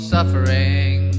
suffering